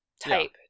type